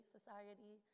Society